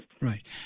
Right